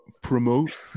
promote